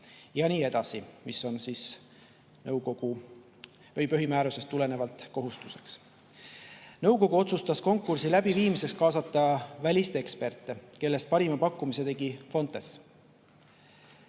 tingimustel." See on nõukogu põhimäärusest tulenev kohustus. Nõukogu otsustas konkursi läbiviimiseks kaasata väliseksperte, kellest parima pakkumise tegi Fontes.